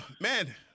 man